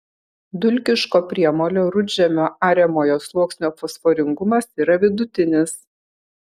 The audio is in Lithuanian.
dulkiško priemolio rudžemio ariamojo sluoksnio fosforingumas yra vidutinis